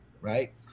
right